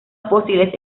fósiles